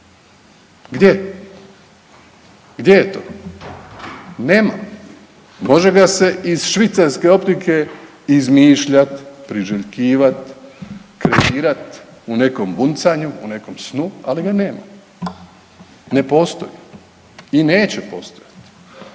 Gdje? Gdje je to? Nema. Može ga se iz švicarske optike izmišljat, priželjkivat, kreirat u nekom buncanju, u nekom snu, ali ga nema. Ne postoji i neće postojati.